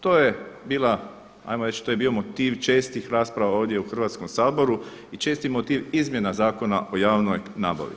To je bila ajmo reći to je bio motiv čestih rasprava ovdje u Hrvatskom saboru i česti motiv izmjena Zakona o javnoj nabavi.